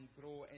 grow